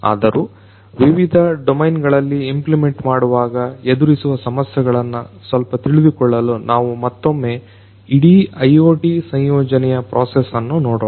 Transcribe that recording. ಆದರೂ ವಿವಿಧ ಡೊಮೇನ್ ಗಳಲ್ಲಿ ಇಂಪ್ಲಿಮೆಂಟ್ ಮಾಡುವಾಗ ಎದುರಿಸುವ ಸಮಸ್ಯೆಗಳನ್ನ ಸ್ವಲ್ಪ ತಿಳಿದುಕೊಳ್ಳಲು ನಾವು ಮತ್ತೊಮ್ಮೆ ಇಡೀ IoT ಸಂಯೋಜನೆಯ ಪ್ರೊಸೆಸ್ ಅನ್ನು ನೋಡೊಣ